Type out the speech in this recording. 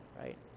right